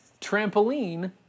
trampoline